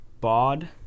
Bod